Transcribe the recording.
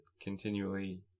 continually